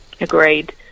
Agreed